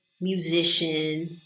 musician